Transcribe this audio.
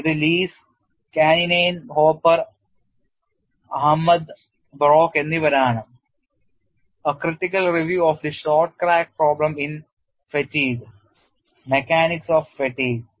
ഇത് Leis Kanninen Hopper Ahmad Brock എന്നിവരാണ് 'a critical review of the short crack problem in fatigue' mechanics of fatigue